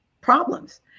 problems